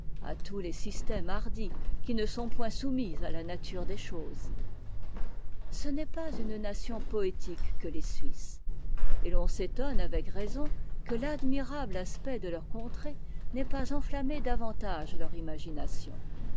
à tous les systèmes hardis qui ne sont point soumis à la nature des choses les suisses ne sont pas une nation poétique et l'on s'étonne avec raison que l'admirable aspect de leur contrée n'ait pas enuammé davantage leur imagination